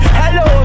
hello